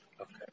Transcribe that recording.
Okay